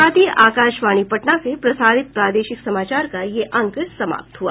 इसके साथ ही आकाशवाणी पटना से प्रसारित प्रादेशिक समाचार का ये अंक समाप्त हुआ